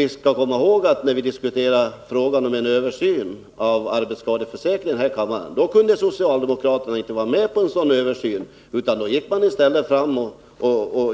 Vi skall komma ihåg, att när vi här i kammaren diskuterade frågan om en översyn av arbetsskadeförsäkringen, kunde inte socialdemokraterna vara med på en sådan översyn. Man gick då i stället fram